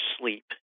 sleep